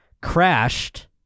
crashed